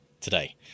today